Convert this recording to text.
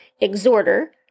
exhorter